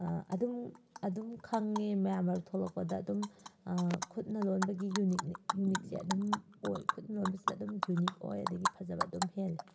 ꯑꯗꯨꯝ ꯑꯗꯨꯝ ꯈꯪꯉꯦ ꯃꯌꯥꯝ ꯃꯔꯛ ꯊꯣꯛꯂꯛꯄꯗ ꯑꯗꯨꯝ ꯈꯨꯠꯅ ꯂꯣꯟꯕꯒꯤ ꯌꯨꯅꯤꯛꯁꯦ ꯑꯗꯨꯝ ꯑꯣꯏ ꯈꯨꯠꯅ ꯂꯣꯟꯕꯁꯤꯅ ꯑꯗꯨꯝ ꯌꯨꯅꯤꯛ ꯑꯣꯏ ꯑꯗꯒꯤ ꯐꯖꯕ ꯑꯗꯨꯝ ꯍꯦꯜꯂꯤ